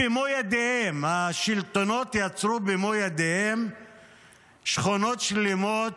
והשלטונות יצרו במו ידיהם שכונות שלמות